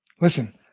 Listen